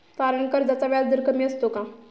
तारण कर्जाचा व्याजदर कमी असतो का?